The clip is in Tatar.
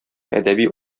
әдәби